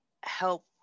help